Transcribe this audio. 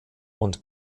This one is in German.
und